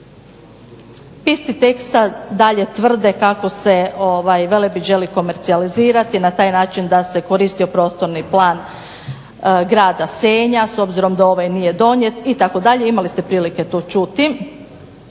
Isti tekst sada dalje tvrde kako se Velebit sada želi komercijalizirati na taj način da se koristio prostorni plan grada Senja, s obzirom da ovaj nije donijet itd. imali ste prilike to čuti